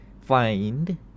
find